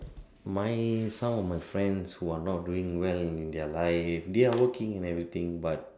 my some of my friend that are not doing well in my life there are working and everything but